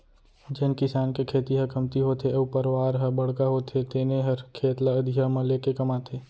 जेन किसान के खेती ह कमती होथे अउ परवार ह बड़का होथे तेने हर खेत ल अधिया म लेके कमाथे